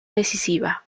decisiva